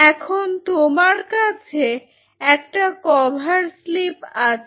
এখন তোমার কাছে একটা কভার স্লিপ আছে